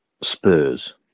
spurs